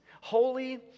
holy